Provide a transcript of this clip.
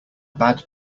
bad